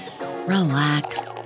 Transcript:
relax